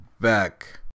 back